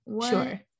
Sure